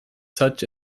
such